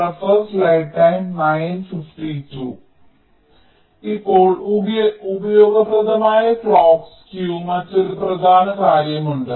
ഇപ്പോൾ ഉപയോഗപ്രദമായ clock skew മറ്റൊരു പ്രധാന കാര്യമുണ്ട്